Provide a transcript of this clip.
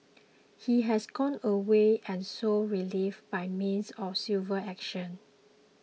he has gone away and sought relief by means of civil action